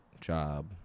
job